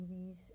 movies